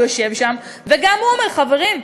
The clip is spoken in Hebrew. והוא יושב וגם הוא אומר: חברים,